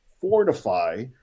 fortify